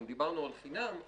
דיברנו על חינם,